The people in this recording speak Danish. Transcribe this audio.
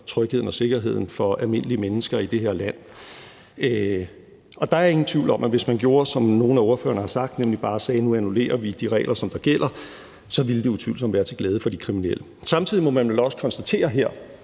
trygheden og sikkerheden for almindelige mennesker i det her land. Og der er ingen tvivl om, at hvis man gjorde, som nogle af ordførerne har sagt, nemlig bare sagde, at nu annullerer vi de regler, som gælder, så ville det utvivlsomt være til glæde for de kriminelle. Samtidig må man vel også konstatere –